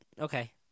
Okay